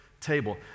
table